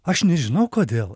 aš nežinau kodėl